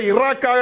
Iraq